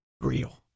real